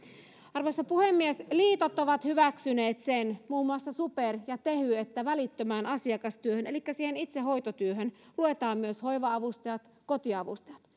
arvoisa puhemies liitot ovat hyväksyneet sen muun muassa super ja tehy että välittömään asiakastyöhön elikkä siihen itse hoitotyöhön luetaan myös hoiva avustajat kotiavustajat